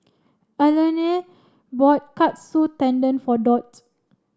Olene bought Katsu Tendon for Dot